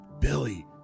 billy